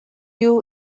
you